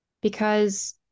because-